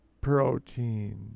protein